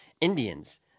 Indians